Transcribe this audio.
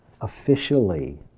officially